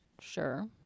Sure